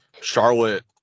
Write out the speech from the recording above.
Charlotte